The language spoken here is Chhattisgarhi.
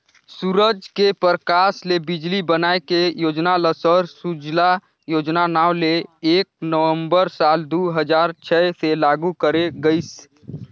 सूरज के परकास ले बिजली बनाए के योजना ल सौर सूजला योजना नांव ले एक नवंबर साल दू हजार छै से लागू करे गईस